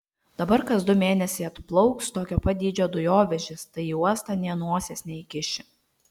dabar kas du mėnesiai atplauks tokio pat dydžio dujovežis tai į uostą nė nosies neįkiši